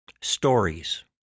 stories